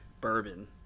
bourbon